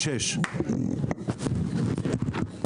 (הישיבה נפסקה בשעה 08:55 ונתחדשה בשעה 09:07.)